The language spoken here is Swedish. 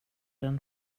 den